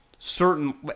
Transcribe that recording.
certain